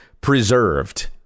preserved